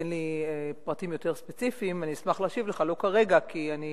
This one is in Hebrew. תיתן לי פרטים יותר ספציפיים אני אשמח להשיב לך,